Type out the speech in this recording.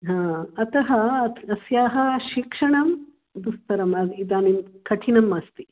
हा अतः अस्याः शिक्षणं दुस्तरम् इदानीं कठिनम् अस्ति